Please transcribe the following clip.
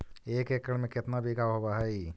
एक एकड़ में केतना बिघा होब हइ?